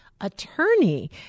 attorney